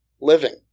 living